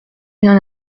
rien